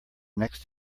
next